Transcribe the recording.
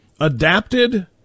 adapted